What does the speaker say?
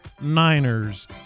Niners